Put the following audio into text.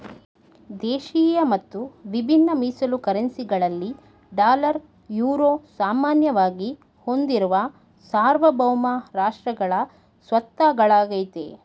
ದೇಶಿಯ ಮತ್ತು ವಿಭಿನ್ನ ಮೀಸಲು ಕರೆನ್ಸಿ ಗಳಲ್ಲಿ ಡಾಲರ್, ಯುರೋ ಸಾಮಾನ್ಯವಾಗಿ ಹೊಂದಿರುವ ಸಾರ್ವಭೌಮ ರಾಷ್ಟ್ರಗಳ ಸ್ವತ್ತಾಗಳಾಗೈತೆ